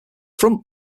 front